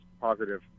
positive